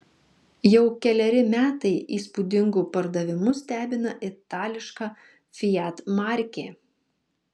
jau keleri metai įspūdingu pardavimu stebina itališka fiat markė